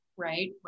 right